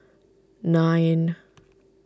nine